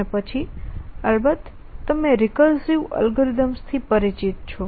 અને પછી અલબત્ત તમે રિકર્સીવ અલ્ગોરિધમ્સ થી પરિચિત છો